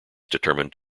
determined